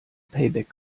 payback